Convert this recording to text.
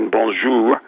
Bonjour